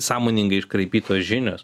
sąmoningai iškraipytos žinios